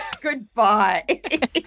Goodbye